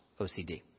OCD